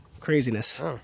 craziness